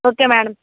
okay madam